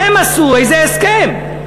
הם עשו איזה הסכם.